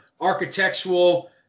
architectural